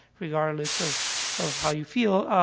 regardless of of how you feel. ah,